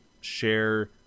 share